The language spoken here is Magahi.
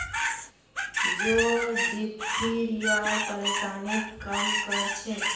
जौ डिप्थिरियार परेशानीक कम कर छेक